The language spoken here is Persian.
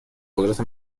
قدرت